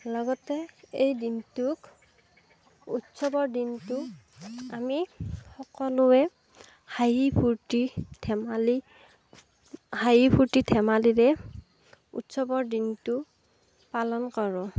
লগতে এই দিনটোক উৎসৱৰ দিনটো আমি সকলোৱে হাঁহি ফূৰ্তি ধেমালি হাঁহি ফূৰ্তি ধেমালিৰে উৎসৱৰ দিনটো পালন কৰোঁ